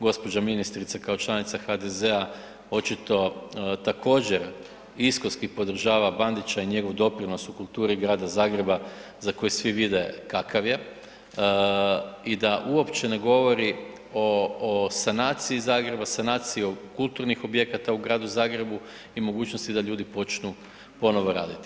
Gospođa ministrica kao članica HDZ-a očito također iskonski podržava Bandića i njegov doprinos u kulturi Grada Zagreba za koji svi vide kakav je i da uopće ne govori o sanaciji Zagreba, sanaciji kulturnih objekata u Gradu Zagrebu i mogućnosti da ljudi počnu ponovo raditi.